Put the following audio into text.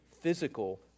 physical